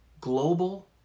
Global